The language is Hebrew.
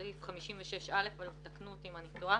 סעיף 56(א) - ותקנו אותי אם אני טועה